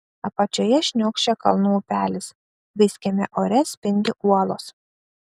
apačioje šniokščia kalnų upelis vaiskiame ore spindi uolos